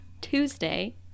Tuesday